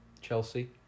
Chelsea